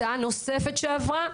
הצעה נוספת שעברה,